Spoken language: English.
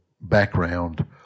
background